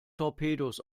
torpedos